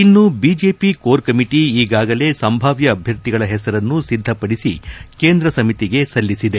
ಇನ್ನು BJP core committee ಈಗಾಗಲೇ ಸಂಭಾವ್ದ ಅಭ್ಯರ್ಥಿಗಳ ಹೆಸರನ್ನು ಸಿದ್ದಪಡಿಸಿ ಕೇಂದ್ರ ಸಲ್ಲಿಸಿದೆ